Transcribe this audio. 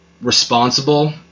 responsible